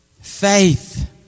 Faith